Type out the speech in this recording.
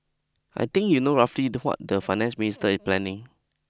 I think you know roughly the what the finance minister is planning